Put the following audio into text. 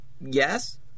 yes